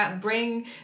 bring